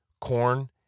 corn